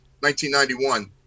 1991